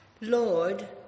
Lord